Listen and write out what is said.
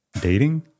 dating